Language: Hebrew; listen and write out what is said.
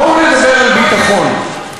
בואו נדבר על ביטחון.